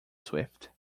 swift